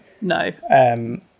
No